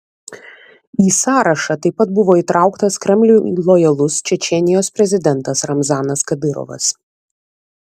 į sąrašą taip pat buvo įtrauktas kremliui lojalus čečėnijos prezidentas ramzanas kadyrovas